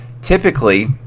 typically